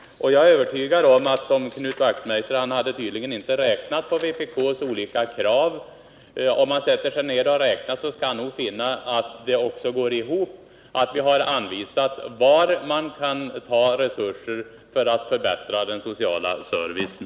Knut Wachtmeister hade tydligen inte räknat på vpk:s olika krav, men jag är övertygad om att om han sätter sig ner och räknar skall han finna att det också går ihop och att vi har anvisat var man kan ta resurser för att förbättra den